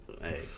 Hey